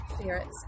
ferrets